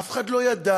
אף אחד לא ידע.